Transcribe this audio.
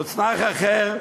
מוצנח אחר,